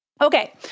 Okay